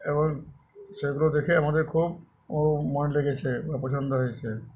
এবং সেগুলো দেখে আমাদের খুব ও মন লেগেছে বা পছন্দ হয়েছে